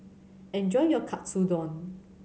enjoy your Katsudon